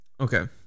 okay